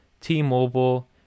T-Mobile